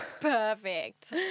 Perfect